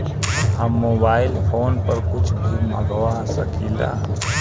हम mobile phone पर कुछ भी मंगवा सकिला?